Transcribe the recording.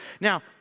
now